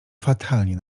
fatalnie